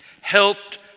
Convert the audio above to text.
helped